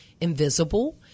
invisible